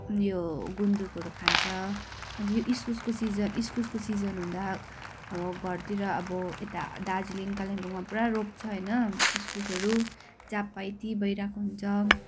यो गुन्द्रुकहरू खान्छ अनि यो इस्कुसको सिजन इस्कुसको सिजन हुँदा अब घरतिर अब यता दार्जिलिङ कालिम्पोङमा पुरा रोप्छ होइन इस्कुसहरू जहाँ पायो त्यहीँ भइरहेको हुन्छ